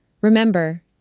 Remember